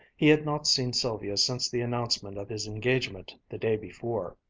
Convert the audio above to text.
he had not seen sylvia since the announcement of his engagement the day before.